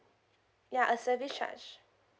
yeah a service charge